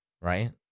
Right